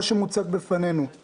מה שמוצג בפנינו זה 0.9